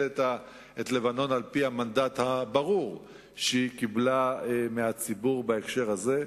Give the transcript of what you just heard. את לבנון על-פי המנדט הברור שהיא קיבלה מהציבור בהקשר הזה,